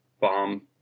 bomb